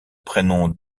prénom